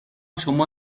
شما